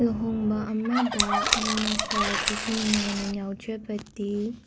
ꯂꯨꯍꯣꯡꯕ ꯑꯃꯗ ꯑꯩꯅ ꯈ꯭ꯋꯥꯏꯗꯒꯤ ꯅꯨꯡꯉꯥꯏꯅ ꯌꯥꯎꯖꯕꯗꯤ